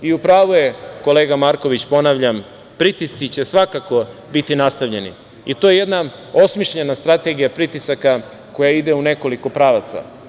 U pravu je kolega Marković, ponavljam, pritisci će svakako biti nastavljeni i to je jedna osmišljena strategija pritisaka koja ide u nekoliko pravaca.